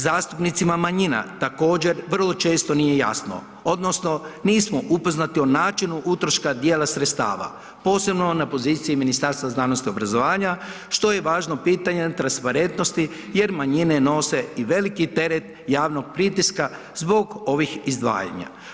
Zastupnicima manjina također vrlo često nije jasno odnosno nismo upoznati o načinu utroška dijela sredstava, posebno na poziciji Ministarstva znanosti i obrazovanja, što je važno pitanje transparentnosti jer manjine nose i veliki teret javnog pritiska zbog ovih izdvajanja.